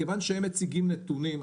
מכיוון שהם מציגים נתונים,